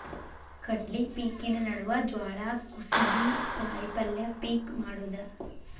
ಕಡ್ಲಿ ಪಿಕಿನ ನಡುವ ಜ್ವಾಳಾ, ಕುಸಿಬಿ, ಕಾಯಪಲ್ಯ ಪಿಕ್ ಮಾಡುದ